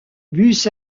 bus